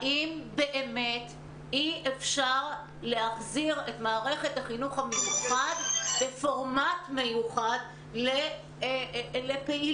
האם באמת אי-אפשר להחזיר את מערכת החינוך המיוחד בפורמט מיוחד לפעילות?